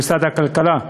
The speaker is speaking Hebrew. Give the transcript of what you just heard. למשרד הכלכלה,